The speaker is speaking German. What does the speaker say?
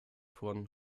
von